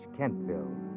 Kentville